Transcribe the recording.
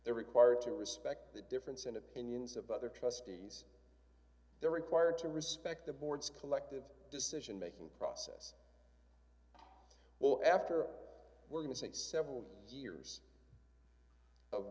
they're required to respect the difference in opinions of other trustees they're required to respect the board's collective decision making process well after all we're going to say several years of